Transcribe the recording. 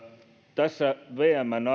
tässä vmn